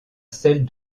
celles